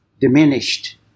diminished